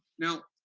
now,